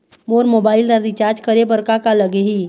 मोर mobile ला recharge करे बर का का लगही?